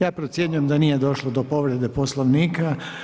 Ja procjenjujem da nije došlo do povrede Poslovnika.